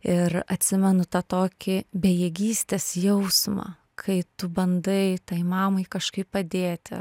ir atsimenu tą tokį bejėgystės jausmą kai tu bandai tai mamai kažkaip padėti